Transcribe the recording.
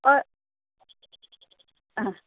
हय आं